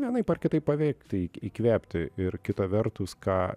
vienaip ar kitaip paveikt tai įkvėpti ir kita vertus ką